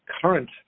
current